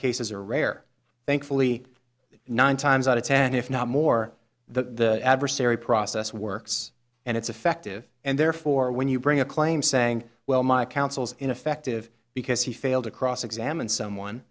cases are rare thankfully nine times out of ten if not more the adversary process works and it's effective and therefore when you bring a claim saying well my counsel's ineffective because he failed to cross examine someone